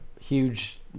huge